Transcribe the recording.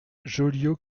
joliot